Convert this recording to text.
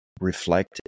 reflect